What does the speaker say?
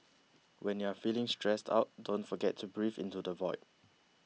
when you are feeling stressed out don't forget to breathe into the void